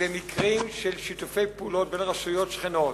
במקרים של שיתופי פעולה בין רשויות שכנות.